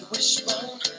Wishbone